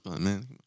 man